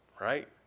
Right